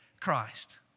Christ